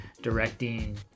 directing